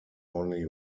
only